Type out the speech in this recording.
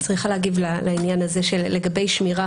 אני צריכה להגיב לעניין הזה של לגבי השמירה,